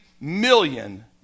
million